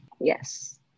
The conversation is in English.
Yes